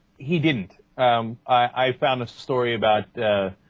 he didn't i found the story about ah.